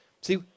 See